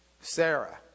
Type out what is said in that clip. Sarah